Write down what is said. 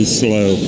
slow